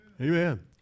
Amen